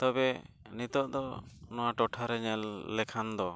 ᱛᱚᱵᱮ ᱱᱤᱛᱚᱜ ᱫᱚ ᱱᱚᱣᱟ ᱴᱚᱴᱷᱟᱨᱮ ᱧᱮᱞ ᱞᱮᱠᱷᱟᱱ ᱫᱚ